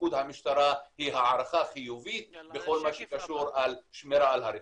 לתפקוד המשטרה היא הערכה חיובית בכל מה שקשור לשמירה על רכוש.